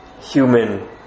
human